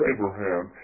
Abraham